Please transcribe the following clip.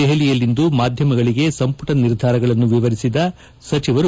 ದೆಹಲಿಯಲ್ಲಿಂದು ಮಾಧ್ವಮಗಳಗೆ ಸಂಪುಟ ನಿರ್ಧಾರಗಳನ್ನು ವಿವರಿಸಿದ ಸಚಿವರು